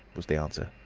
was the answer.